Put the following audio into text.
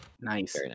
nice